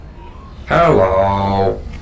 Hello